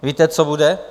Víte, co bude?